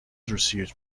received